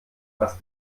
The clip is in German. was